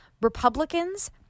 Republicans